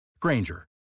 Granger